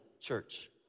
church